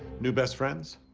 new best friends?